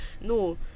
No